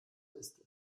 ist